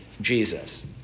Jesus